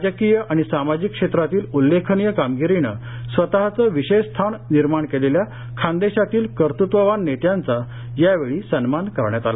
राजकीय आणि सामाजिक क्षेत्रातील उल्लेखनीय कामगिरीनं स्वतचं विशेष स्थान निर्माण केलेल्या खान्देशातील कर्तृत्ववान नेत्यांचा यावेळी सन्मान करण्यात आला